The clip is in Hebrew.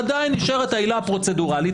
עדיין נשארת העילה הפרוצדורלית,